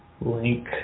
link